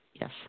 Yes